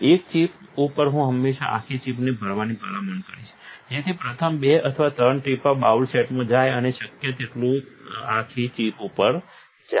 એક ચિપ ઉપર હું હંમેશા આખી ચિપને ભરવાની ભલામણ કરીશ જેથી પ્રથમ 2 અથવા 3 ટીપાં બાઉલ સેટમાં જાય અને શક્ય હોય તેટલુ આખી ચિપ પર જાય